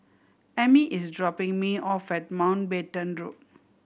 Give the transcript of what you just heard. Ami is dropping me off at Mountbatten Road